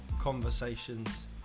conversations